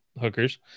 hookers